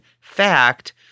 fact